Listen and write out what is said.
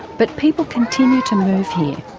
but people continue to move here.